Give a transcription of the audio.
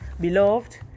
Beloved